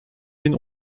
bin